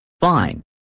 Fine